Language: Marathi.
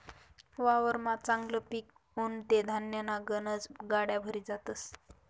वावरमा चांगलं पिक उनं ते धान्यन्या गनज गाड्या भरी जातस